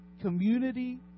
community